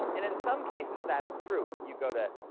and in some cases, that's true. if you go to,